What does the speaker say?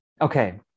okay